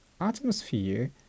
Atmosphere